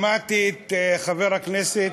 שמעתי את חבר הכנסת,